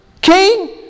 King